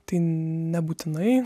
tai nebūtinai